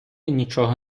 нічого